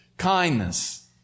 kindness